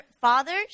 fathers